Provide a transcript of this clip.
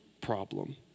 problem